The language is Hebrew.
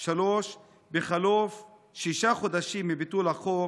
3. בחלוף שישה חודשים מביטול החוק,